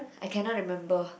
I cannot remember